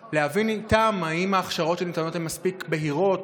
כדי להבין איתם אם ההכשרות שניתנות מספיק בהירות,